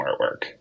artwork